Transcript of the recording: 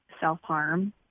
self-harm